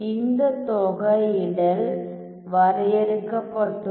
இந்த தொகையிடல் வரையறுக்கப்பட்டுள்ளது